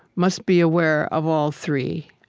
must be aware of all three.